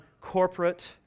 corporate